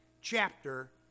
chapter